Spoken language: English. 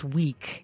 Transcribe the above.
week